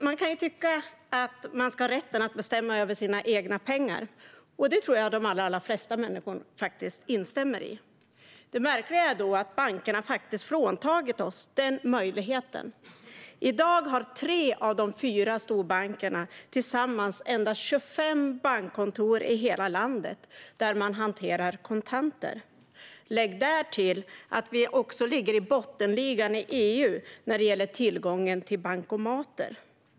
Man kan tycka att man ska ha rätten att bestämma över sina egna pengar, och det tror jag att de allra flesta människor instämmer i. Det märkliga är då att bankerna fråntagit oss den möjligheten. I dag har tre av de fyra storbankerna tillsammans endast 25 bankkontor i hela landet där man hanterar kontanter. Lägg därtill att vi också ligger i bottenligan i EU när det gäller tillgången till bankomater.